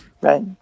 Right